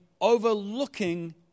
overlooking